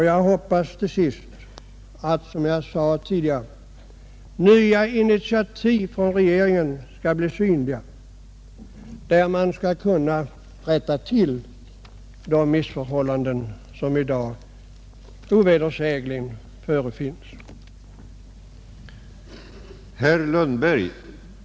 Jag hoppas som sagt att regeringen kommer att ta nya initiativ, så att de missförhållanden som i dag ovedersägligen förefinns kan rättas till.